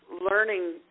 learning